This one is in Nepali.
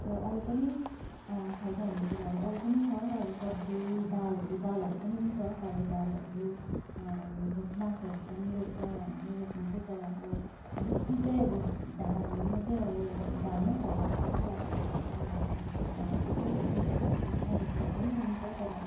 र अरू पनि फाइदा हुने कुराहरू अरू पनि छ अब सब्जी दालहरू दालहरू पनि हुन्छ कालो दालहरू भटमासहरू पनि रोप्छ हामीले रोप्नु चाहिँ तर अब बेसी चाहिँ अब धान म चाहिँ अब धानमै फाइदा भएको जस्तो लाग्छ मलाई चाहिँ मेरो उयेसमा जग्गामा चाहिँ अरू कुरा पनि हुन्छ तर